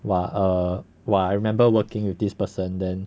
!wah! err !wah! I remember working with this person then